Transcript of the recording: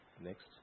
next